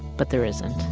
but there isn't